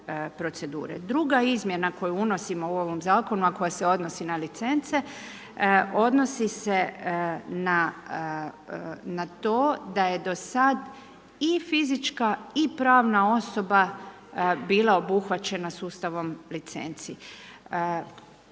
Druga izmjena koju unosimo u ovom zakonu, a koja se odnosi na licence, odnosi se na to, da je do s ada i fizička i pravna osoba bila obuhvaćena sustavom licenci.